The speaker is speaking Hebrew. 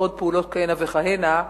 ועוד פעולות כהנה וכהנה,